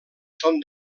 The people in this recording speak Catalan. són